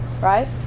right